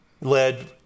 led